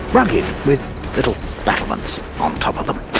rugged, with little battlements on top of them,